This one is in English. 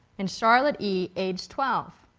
and charlotte e, age twelve.